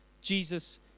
Jesus